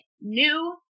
new